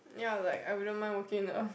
ya like I wouldn't mind working in the